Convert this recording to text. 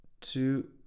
two